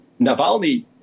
Navalny